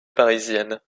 parisienne